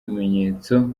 bimenyetso